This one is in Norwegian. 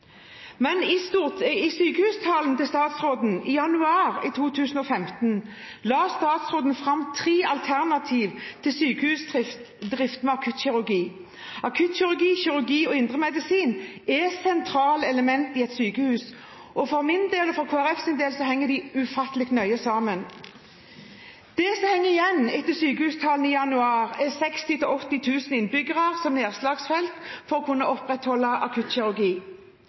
I sin sykehustale i januar i 2015 la statsråden fram tre alternativer til sykehusdrift med akuttkirurgi. Akuttkirurgi, kirurgi og indremedisin er sentrale elementer i et sykehus. For min og for Kristelig Folkepartis del henger dette ufattelig nøye sammen. Det som henger igjen etter sykehustalen i januar, er 60 000–80 000 innbyggere som nedslagsfelt for å kunne opprettholde akuttkirurgi.